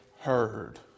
heard